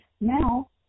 now